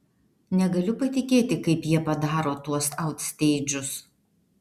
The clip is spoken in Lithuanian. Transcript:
negaliu patikėti kaip jie padaro tuos autsteidžus